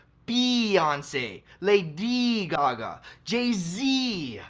bee-yonce. la-dee gaga. jay-zee.